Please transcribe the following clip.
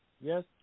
Yes